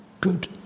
good